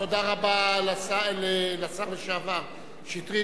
תודה רבה לשר לשעבר שטרית,